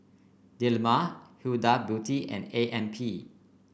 Dilmah Huda Beauty and A M P